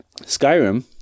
Skyrim